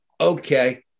Okay